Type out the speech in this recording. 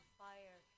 fire